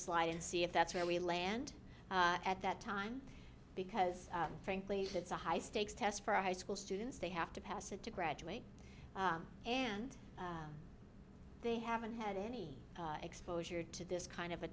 slide and see if that's where we land at that time because frankly it's a high stakes test for high school students they have to pass it to graduate and they haven't had any exposure to this kind of a